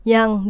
Yang